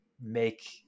make